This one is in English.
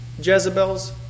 Jezebel's